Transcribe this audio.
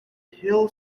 hill